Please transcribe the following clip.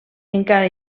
encara